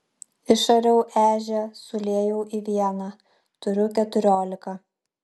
išariau ežią suliejau į vieną turiu keturiolika